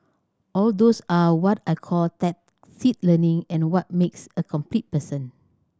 all those are what I call tacit learning and what makes a complete person